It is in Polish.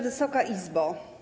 Wysoka Izbo!